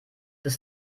des